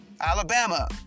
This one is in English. Alabama